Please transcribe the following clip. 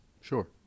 Sure